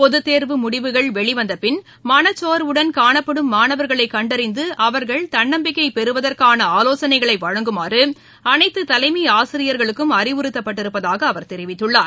பொதத்தேர்வு முடிவுகள் வெளிவந்த பின் மனச்சோர்வுடன் காணப்படும் மாணவர்களைக் கண்டறிந்து அவர்கள் தன்னனம்பிக்கை பெறுவதற்கான ஆவோசனைகளை வழங்குமாறு அனைத்து தலைமை ஆசிரியர்களுக்கும் அறிவுறத்தப்பட்டிருப்பதாக அவர் தெரிவித்துள்ளார்